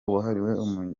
wahariwe